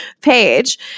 page